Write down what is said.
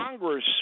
Congress